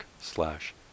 slash